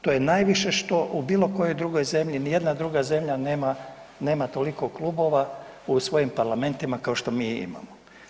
To je najviše što u bilo kojoj drugoj zemlji ni jedna druga zemlja nema toliko klubova u svojim parlamentima kao što mi imamo.